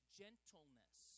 gentleness